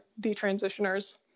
detransitioners